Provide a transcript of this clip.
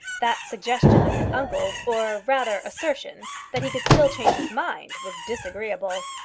that suggestion of his uncle's or rather assertion that he could still change his mind was disagreeable.